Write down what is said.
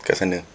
dekat sana